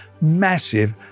massive